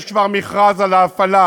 יש כבר מכרז על ההפעלה,